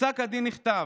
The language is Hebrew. בפסק הדין נכתב: